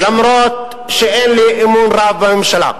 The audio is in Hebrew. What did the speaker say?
אף-על-פי שאין לי אמון רב בממשלה,